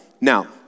Now